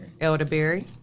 elderberry